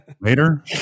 later